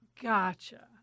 Gotcha